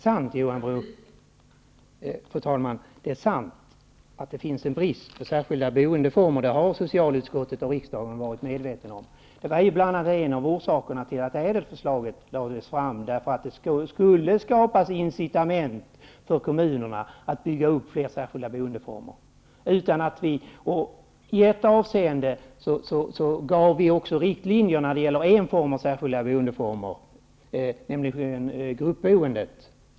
Fru talman! Det är sant, Johan Brohult, att det finns en brist på särskilda boendeformer. Det har socialutskottet och riksdagen varit medvetna om. Det var en av orsakerna till att ÄDEL-förslaget lades fram. Det skulle skapas incitament för kommunerna att bygga fler särskilda boendeformer. I ett avseende gav vi också riktlinjer för en viss typ av särskilt boende, nämligen gruppboendet.